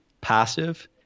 passive